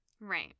Right